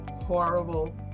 Horrible